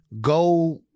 go